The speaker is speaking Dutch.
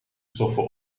stoffen